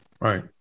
right